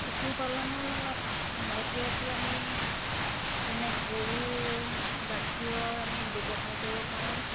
পশুপালনৰ লগত সংগতি ৰাখি আমি যেনে গৰুৰ গাখীৰৰ আমি ব্যৱসায় কৰিব পাৰোঁ